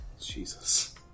Jesus